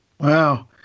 Wow